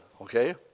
okay